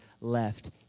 left